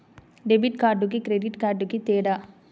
Debit కార్డుకి credit కార్డుకి తేడా?